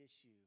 issue